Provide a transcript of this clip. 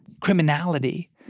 criminality